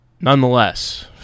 nonetheless